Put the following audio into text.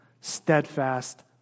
steadfast